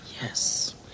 Yes